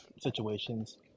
situations